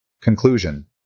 Conclusion